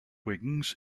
wings